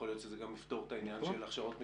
יכול להיות שזה גם יפתור את העניין של הכשרות מקצועיות,